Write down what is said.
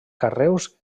carreus